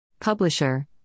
Publisher